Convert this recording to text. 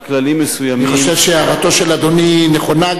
אני חושב שהערתו של אדוני נכונה.